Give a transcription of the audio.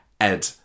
Ed